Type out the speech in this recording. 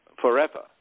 forever